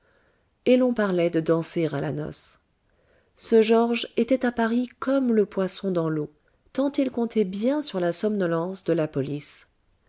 et l'on parlait de danser à la noce ce georges était à paris comme le poisson dans l'eau tant il comptait bien sur la somnolence de la police